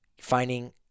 finding